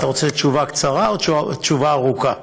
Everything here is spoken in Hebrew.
אתה רוצה תשובה קצרה או תשובה ארוכה?